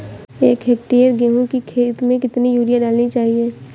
एक हेक्टेयर गेहूँ की खेत में कितनी यूरिया डालनी चाहिए?